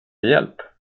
hjälp